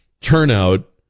turnout